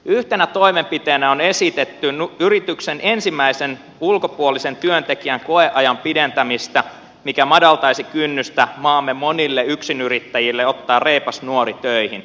yhtenä toimenpiteenä on esitetty yrityksen ensimmäisen ulkopuolisen työntekijän koeajan pidentämistä mikä madaltaisi kynnystä maamme monille yksinyrittäjille ottaa reipas nuori töihin